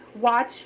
Watch